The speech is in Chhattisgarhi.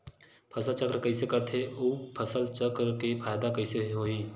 फसल चक्र कइसे करथे उ फसल चक्र के फ़ायदा कइसे से होही?